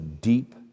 deep